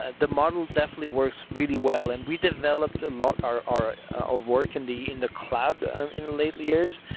ah the model definitely works really well, and we developed a lot our our ah work in the in the cloud um in the later years.